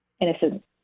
innocent